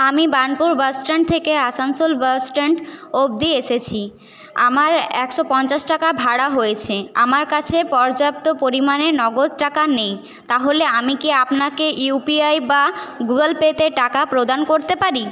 আমি বার্নপুর বাসস্ট্যান্ড থেকে আসানসোল বাসস্ট্যান্ড অবধি এসেছি আমার একশো পঞ্চাশ টাকা ভাড়া হয়েছে আমার কাছে পর্যাপ্ত পরিমানে নগদ টাকা নেই তাহলে আমি কি আপনাকে ইউপিআই বা গুগল পেতে টাকা প্রদান করতে পারি